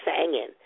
singing